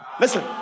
listen